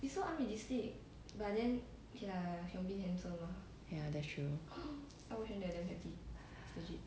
ya that's true ya